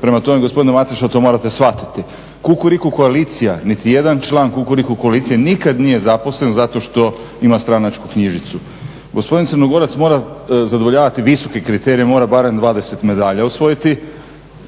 Prema tome, gospodine Mateša to morate shvatiti. Kukuriku koalicija, nitijedan član Kukuriku koalicije nikad nije zaposlen zato što ima stranačku knjižicu. Gospodin Crnogorac mora zadovoljavati visoke kriterije, mora barem 20 medalja osvojiti.